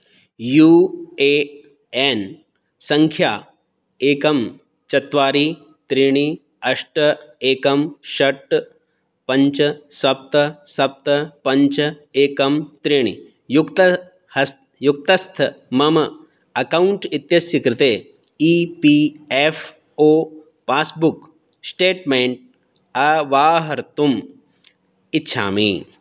you A N सङ्ख्या एकं चत्वारि त्रीणि अष्ट एकं षट् पञ्च सप्त सप्त पञ्च एकं त्रीणि युक्तस्थ हस् युक्तस्थ मम अकौण्ट् इत्यस्य कृते E P F O passbook statement अवाहर्तुम् इच्छामि